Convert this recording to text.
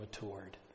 matured